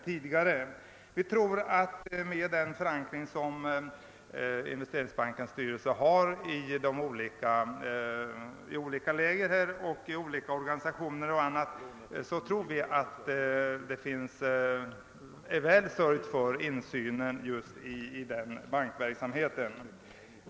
Med tanke på den förankring som Investeringsbankens styrelse har i olika läger och olika organisationer tror vi det är väl sörjt för insyn i bankverksamheten.